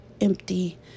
empty